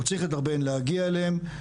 או צריך לדרבן להגיע אליהם.